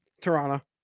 toronto